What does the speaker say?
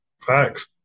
Facts